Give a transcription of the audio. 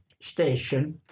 station